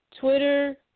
Twitter